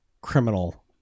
criminal